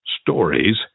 stories